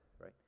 right